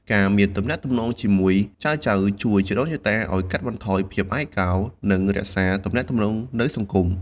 ការមានទំនាក់ទំនងជាមួយចៅៗជួយជីដូនជីតាឲ្យកាត់បន្ថយភាពឯកោ និងរក្សាទំនាក់ទំនងនៅសង្គម។